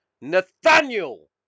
Nathaniel